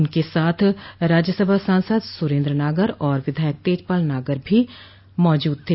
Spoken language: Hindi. उनके साथ राज्यसभा सांसद सुरेन्द्र नागर और विधायक तेजपाल नागर भी मौजूद थे